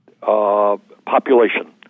population